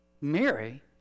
Mary